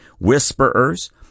whisperers